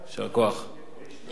ואשתי קיבלה את השכר.